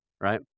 right